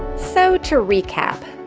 so to recap,